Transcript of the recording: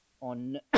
on